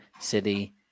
City